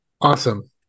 Awesome